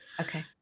Okay